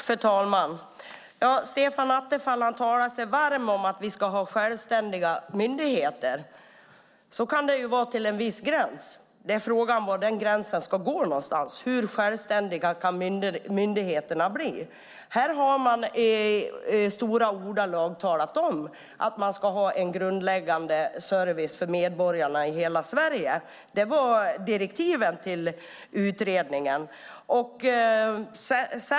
Fru talman! Stefan Attefall talar sig varm för att vi ska ha självständiga myndigheter. Så kan det vara till en viss gräns. Frågan är bara var den gränsen ska gå. Hur självständiga kan myndigheterna bli? Här har man med stora ord talat om att man ska ha en grundläggande service för medborgarna i hela landet. Så var direktiven till utredningen.